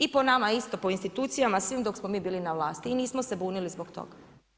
I po nama isto, po institucijama svim dok smo mi bili na vlasti i nismo se bunili zbog toga.